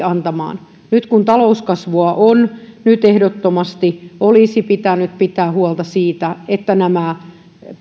antamaan nyt kun talouskasvua on nyt ehdottomasti olisi pitänyt pitää huolta siitä että nämä